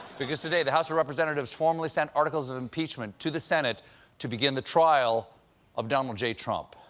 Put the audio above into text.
because today, the house of representatives formally sent articles of impeachment to the senate to begin the trial of donald j. trump.